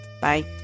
bye